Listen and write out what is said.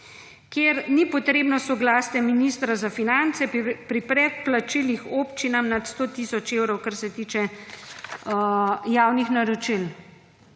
kjer ni potrebno soglasje ministra za finance pri predplačilih občinam nad 100 tisoč evrov, kar se tiče javnih naročil,